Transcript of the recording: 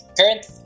current